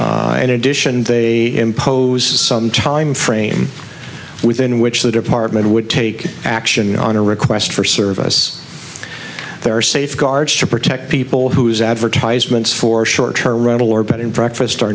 and in addition they impose some time frame within which the department would take action on a request for service there are safeguards to protect people whose advertisements for short term rental orbit and breakfast are